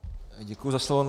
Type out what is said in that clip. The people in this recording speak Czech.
Děkuji za slovo.